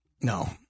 No